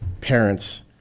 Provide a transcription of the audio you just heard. parents